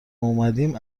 اومدیم